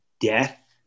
death